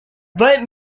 weil